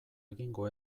egingo